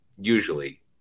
usually